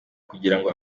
kugirango